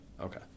Okay